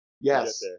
yes